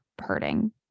hurting